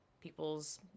people's